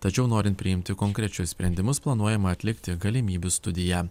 tačiau norint priimti konkrečius sprendimus planuojama atlikti galimybių studiją